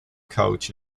coach